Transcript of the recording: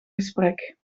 gesprek